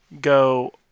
go